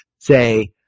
say